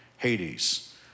Hades